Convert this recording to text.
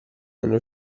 nello